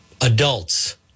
adults